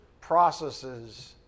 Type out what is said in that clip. processes